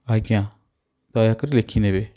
ଆଜ୍ଞା ଦୟାକରି ଲେଖିନେବେ